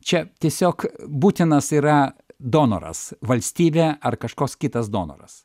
čia tiesiog būtinas yra donoras valstybė ar kažkoks kitas donoras